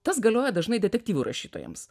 tas galioja dažnai detektyvų rašytojams